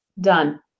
done